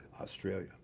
Australia